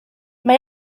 mae